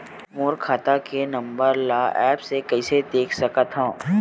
मोर खाता के नंबर ल एप्प से कइसे देख सकत हव?